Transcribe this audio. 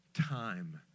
time